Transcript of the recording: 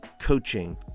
coaching